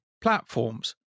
platforms